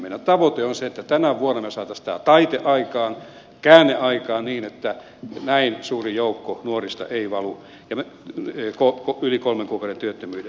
meidän tavoitteemme on se että tänä vuonna me saisimme tämän taitteen aikaan käänteen aikaan niin että näin suuri joukko nuoria ei valu yli kolmen kuukauden työttömyyden